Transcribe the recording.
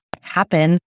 happen